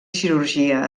cirurgia